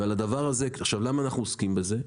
ולמה אנחנו עוסקים בזה?